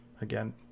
Again